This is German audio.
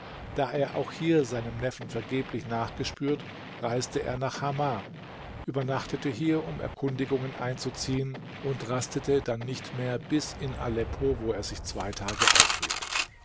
da er auch hier seinem neffen vergeblich nachgespürt reiste er nach hamah übernachtete hier um erkundigungen einzuziehen und rastete dann nicht mehr bis in aleppo wo er sich zwei tage aufhielt